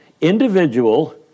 individual